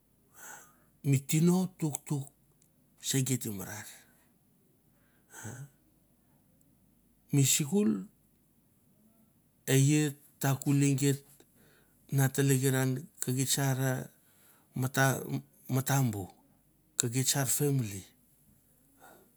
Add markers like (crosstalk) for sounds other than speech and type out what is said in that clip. Mi tino tuktuk se geit i marar. (hesitation) mi sikul e ai ta kuli geit na tlekran ke git sara mata matambu ke geit sa family.